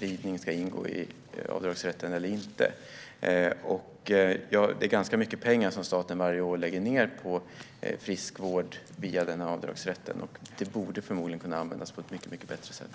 ridning ska ingå i avdragsrätten eller inte. Staten lägger varje år ned ganska mycket pengar på friskvård via denna avdragsrätt. Dessa borde förmodligen kunna användas på ett mycket bättre sätt.